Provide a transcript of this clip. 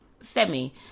semi